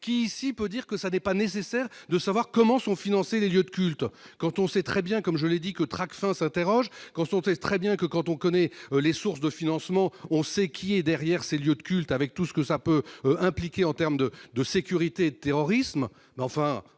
qui, s'il peut dire que ça n'est pas nécessaire de savoir comment sont financés les lieux de culte quand on sait très bien, comme je l'ai dit que Tracfin s'interroge quand on teste très bien que quand on connaît les sources de financement, on sait qui est derrière ces lieux de culte, avec tout ce que ça peut impliquer en termes de de sécurité, terrorisme,